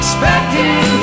Expecting